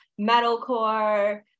metalcore